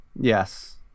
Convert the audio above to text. Yes